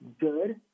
good